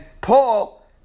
Paul